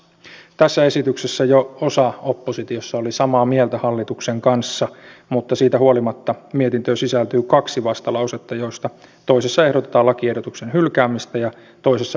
tässä esityksessä jo osa oppositiosta oli samaa mieltä hallituksen kanssa mutta siitä huolimatta mietintöön sisältyy kaksi vastalausetta joista toisessa ehdotetaan lakiehdotuksen hylkäämistä ja toisessa